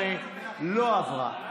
8 לא עברה.